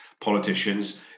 politicians